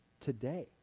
today